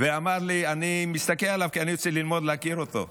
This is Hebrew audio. ואמר לי: אני מסתכל עליו כי אני רוצה ללמוד להכיר אותו.